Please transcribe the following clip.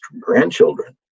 grandchildren